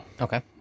Okay